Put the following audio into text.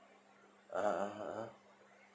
(uh huh) (uh huh) (uh huh)